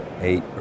eight